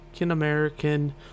american